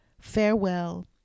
farewell